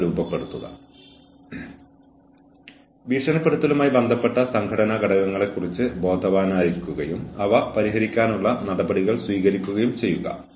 കൂടാതെ ജീവനക്കാർക്ക് കഴിയുന്നത്ര വിഭവങ്ങൾ നൽകുകയും ജീവനക്കാരനെ വിജയിപ്പിക്കാൻ സഹായിക്കുകയും ചെയ്യുക